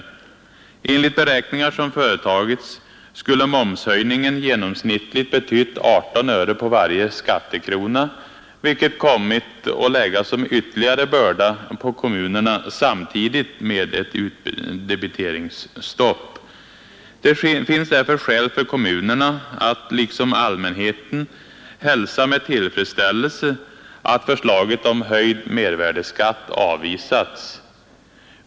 Enligt beräkningar som företagits skulle momshöjningen genomsnittligt betytt 18 öre på varje skattekrona, vilket kommit att läggas som ytterligare börda på kommunerna samtidigt med ett utdebiteringsstopp. Det finns därför skäl för kommunerna — liksom för allmänheten — att hälsa med tillfredsställelse att förslaget om höjd mervärdeskatt avvisats.